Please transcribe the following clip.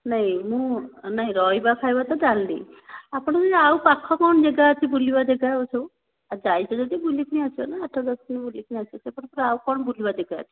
ନାଇଁ ମୁଁ ନାଇଁ ରହିବା ଖାଇବା ତ ଜାଣିଲି ଆପଣଙ୍କ ଆଉ ପାଖ କ'ଣ ଜାଗା ଅଛି ବୁଲିବା ଜାଗା ଆଉ ସବୁ ଯାଇଛେ ଯଦି ବୁଲିକି ଆସିବା ନା ଆଠ ଦଶ ଦିନ ବୁଲିକି ଆସିବା ସେପଟେ ଆଉ କ'ଣ ବୁଲିବା ଜାଗା ଅଛି